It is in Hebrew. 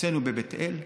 הוצאנו בבית אל,